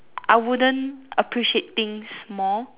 I wouldn't appreciate things more